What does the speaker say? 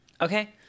Okay